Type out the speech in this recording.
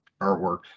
artwork